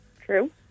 True